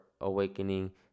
Awakening